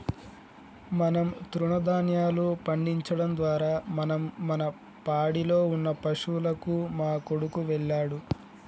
మనం తృణదాన్యాలు పండించడం ద్వారా మనం మన పాడిలో ఉన్న పశువులకు మా కొడుకు వెళ్ళాడు